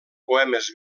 poemes